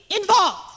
involved